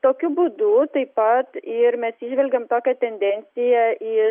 tokiu būdu taip pat ir mes įžvelgiam tokią tendenciją į